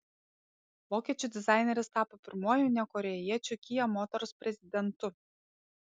vokiečių dizaineris tapo pirmuoju ne korėjiečiu kia motors prezidentu